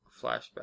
flashback